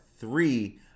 three